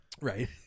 right